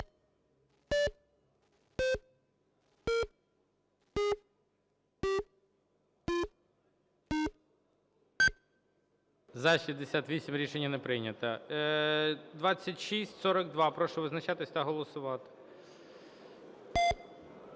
За-68 Рішення не прийнято. 2642. Прошу визначатись та голосувати.